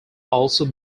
also